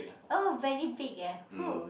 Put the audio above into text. oh very big eh who